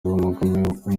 w’umugore